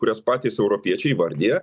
kurias patys europiečiai įvardija